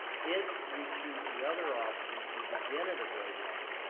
if you choose the other option and begin at a grade level,